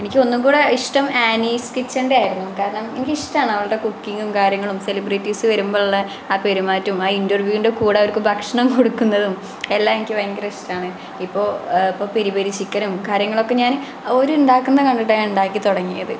എനിക്ക് ഒന്നുംകൂടി ഇഷ്ടം ആനീസ് കിച്ചണിൻ്റെയായിരുന്നു കാരണം എനിക്കിഷ്ടമാണ് അവരുടെ കുക്കിങ്ങും കാര്യങ്ങളും സെലിബ്രിറ്റീസ് വരുമ്പോഴുള്ള ആ പെരുമാറ്റവും ആ ഇൻറ്റർവ്യൂവിൻ്റെ കൂടെയവർക്ക് ഭക്ഷണം കൊടുക്കുന്നതും എല്ലാം എനിക്ക് ഭയങ്കര ഇഷ്ടമാണ് ഇപ്പോൾ ഇപ്പോൾ പെരി പെരി ചിക്കനും കാര്യങ്ങളൊക്കെ ഞാൻ ഓരുണ്ടാക്കുന്നതു കണ്ടിട്ടാണ് ഞാനുണ്ടാക്കി തുടങ്ങിയത്